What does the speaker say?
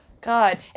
god